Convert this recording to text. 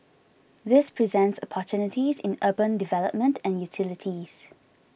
this presents opportunities in urban development and utilities